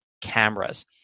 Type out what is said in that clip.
cameras